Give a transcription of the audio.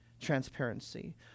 transparency